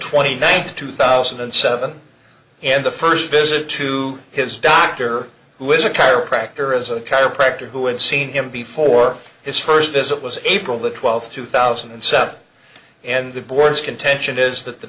twenty ninth two thousand and seven and the first visit to his doctor who is a chiropractor is a chiropractor who have seen him before his first visit was april twelfth two thousand and seven and the board's contention is that the